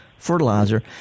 Fertilizer